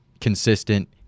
consistent